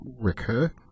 recur